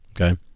Okay